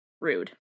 rude